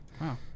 Wow